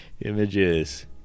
Images